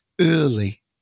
early